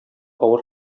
авыр